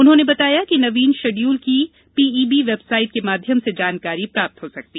उन्होंने बताया कि नवीन शेड्यूल की पीईबी वेबसाइट के माध्यम से जानकारी प्राप्त होगी